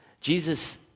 Jesus